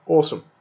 Awesome